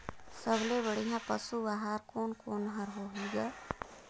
सबले बढ़िया पशु आहार कोने कोने हर होही ग?